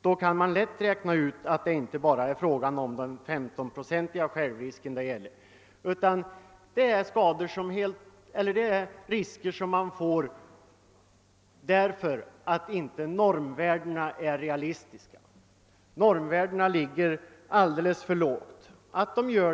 Då kan man lätt räkna ut att det inte bara är fråga om en 15 procentig självrisk. Ytterligare förluster uppstår alltså för lantbrukarna genom att normvärdena inte är realistiska. De ligger alldeles för lågt.